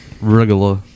Regular